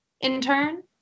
intern